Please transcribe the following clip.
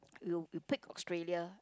you you pick Australia